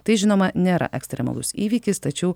tai žinoma nėra ekstremalus įvykis tačiau